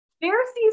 Pharisees